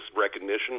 recognition